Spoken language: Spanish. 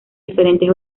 diferentes